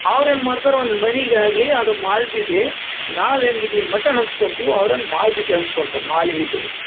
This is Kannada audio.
ಅವ್ರು ಏನು ಮಾಡ್ತಾರೆ ಒಂದು ಮನಿಗೆ ಆಗಲಿ ಅದು ಮಾಲ್ದಿದೆ ನಾವು ಹೆಂಗೆ ಈ ಮಟನ್ ಹಂಚ್ಕೊಂತಿವೊ ಅವ್ರು ಹಂಗೆ ಮಾಲ್ದಿದ ಹಂಚ್ಕೊಂತಾರೆ ಮಾಲಿದ ಇದು